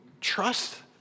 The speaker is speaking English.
trust